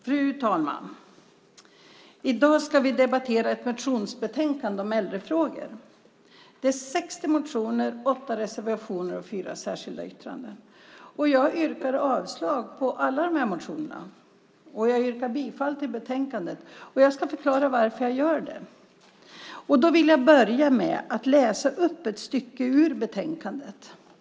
Fru talman! I dag debatterar vi ett motionsbetänkande om äldrefrågor med 60 motioner, åtta reservationer och fyra särskilda yttranden. Jag yrkar avslag på alla de här motionerna och jag yrkar bifall till förslaget i betänkandet, och jag ska förklara varför jag gör det. Jag vill börja med att läsa upp ett stycke ur betänkandet.